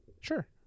Sure